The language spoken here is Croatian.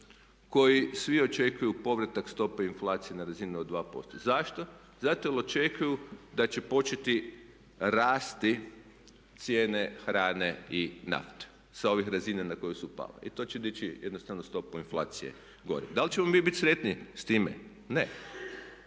koji svi očekuju povratak stope inflacije na razinu od 2%. Zašto? Zato jer očekuju da će početi rasti cijene hrane i nafte sa ovih razina na koje su pale. I to će dići jednostavno stopu inflacije gore. Da li ćemo mi biti sretni s time? Ne.